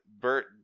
Bert